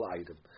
item